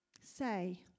say